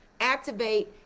activate